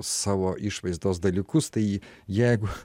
savo išvaizdos dalykus tai jeigu